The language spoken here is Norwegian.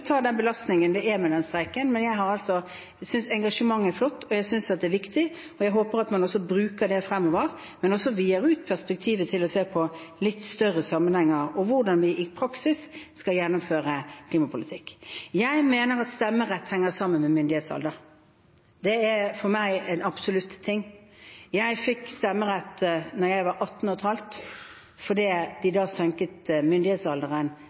ta den belastningen som er med den streiken. Men jeg synes engasjementet er flott, jeg synes det er viktig, og jeg håper at man også bruker det fremover, men at man også vider ut perspektivet til å se på litt større sammenhenger og på hvordan vi i praksis skal gjennomføre klimapolitikk. Jeg mener at stemmerett henger sammen med myndighetsalder. Det er for meg en absolutt ting. Jeg fikk stemmerett da jeg var 18 og et halvt år, fordi de senket myndighetsalderen